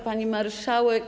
Pani Marszałek!